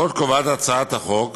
עוד מוצע בהצעת החוק